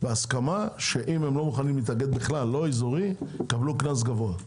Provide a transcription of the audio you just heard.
בהסכמה שאם הם לא מוכנים להתאגד בכלל לא אזורי - יקבלו קנס גבוה,